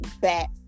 back